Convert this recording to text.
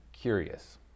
curious